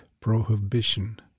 prohibition